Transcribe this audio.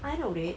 I know that